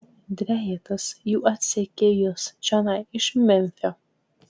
dvejetas jų atsekė jus čionai iš memfio